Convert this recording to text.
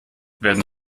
werden